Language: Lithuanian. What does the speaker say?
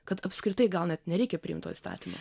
kad apskritai gal net nereikia priimt to įstatymo